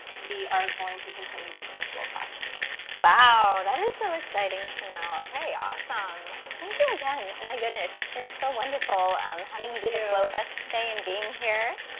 we are going to continue these virtual classes. wow, that is so exciting to know. okay, awesome. well, thank you again. oh my goodness, it's been so wonderful um having you do the flow with us today and being here.